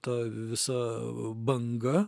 ta visa banga